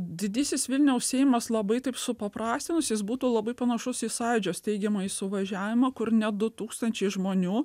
didysis vilniaus seimas labai taip supaprastinus jis būtų labai panašus į sąjūdžio steigiamąjį suvažiavimą kur ne du tūkstančiai žmonių